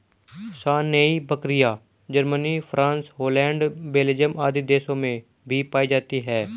सानेंइ बकरियाँ, Germany, France, Holland, Belgium आदि देशों में भी पायी जाती है